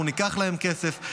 אנחנו ניקח להם כסף,